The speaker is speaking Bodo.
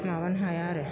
माबानो हाया आरो